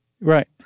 Right